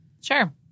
Sure